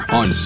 on